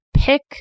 Pick